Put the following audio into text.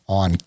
on